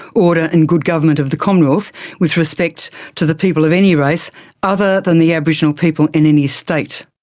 order and good government of the commonwealth with respect to the people of any race other than the aboriginal people in any state.